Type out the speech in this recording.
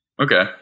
Okay